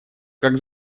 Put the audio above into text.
как